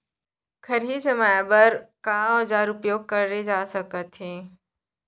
खरही जमाए बर का औजार उपयोग करे जाथे सकत हे?